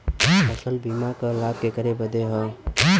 फसल बीमा क लाभ केकरे बदे ह?